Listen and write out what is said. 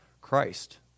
Christ